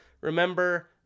Remember